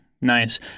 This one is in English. Nice